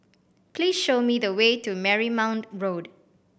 please show me the way to Marymount Road